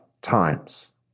times